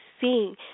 seeing